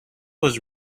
was